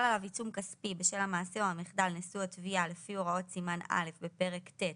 כתב התחייבות בשל המעשה או המחדל נשוא התביעה לפי הוראות סימן ג' בפרק ט',